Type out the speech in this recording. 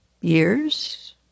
Years